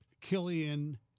Killian